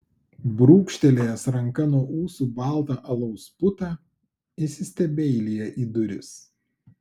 brūkštelėjęs ranka nuo ūsų baltą alaus putą įsistebeilija į duris